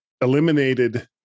eliminated